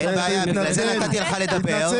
לכן נתתי לך לדבר.